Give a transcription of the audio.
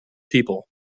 people